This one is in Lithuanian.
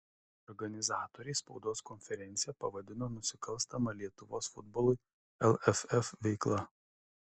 organizatoriai spaudos konferenciją pavadino nusikalstama lietuvos futbolui lff veikla